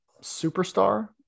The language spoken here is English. superstar